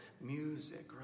music